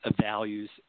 values